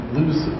lose